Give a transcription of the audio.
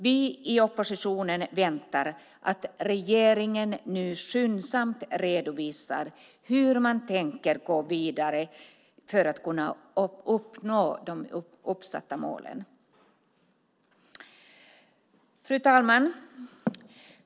Vi i oppositionen väntar att regeringen nu skyndsamt ska redovisa hur man tänker gå vidare för att kunna uppnå de uppsatta målen. Fru talman!